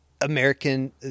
American